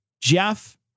Jeff